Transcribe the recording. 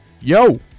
Yo